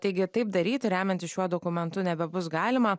taigi taip daryti remiantis šiuo dokumentu nebebus galima